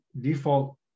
default